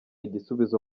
igisubizo